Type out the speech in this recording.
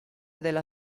della